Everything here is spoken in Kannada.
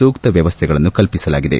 ಸೂಕ್ತ ವ್ಯವಸ್ಥೆಗಳನ್ನು ಕಲ್ಪಿಸಲಾಗಿದೆ